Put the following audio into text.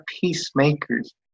peacemakers